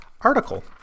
article